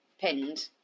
pinned